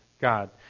God